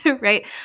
right